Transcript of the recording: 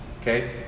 Okay